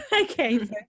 Okay